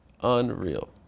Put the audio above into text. unreal